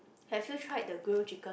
have you tried the grill chicken